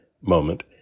moment